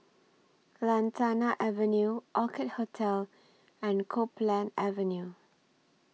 Lantana Avenue Orchid Hotel and Copeland Avenue